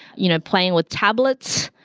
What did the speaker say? you know, playing with tablets,